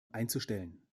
einzustellen